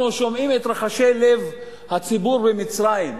אנחנו שומעים את רחשי לב הציבור במצרים,